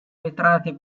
vetrate